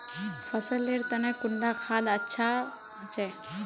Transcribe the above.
फसल लेर तने कुंडा खाद ज्यादा अच्छा होचे?